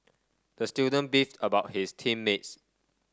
the student beefed about his team mates